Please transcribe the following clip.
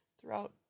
throughout